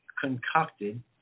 concocted